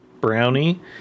brownie